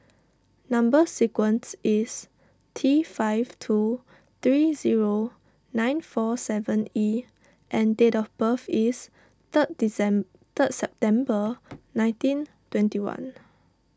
Number Sequence is T five two three zero nine four seven E and date of birth is third third September nineteen twenty one